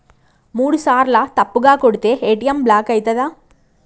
మూడుసార్ల తప్పుగా కొడితే ఏ.టి.ఎమ్ బ్లాక్ ఐతదా?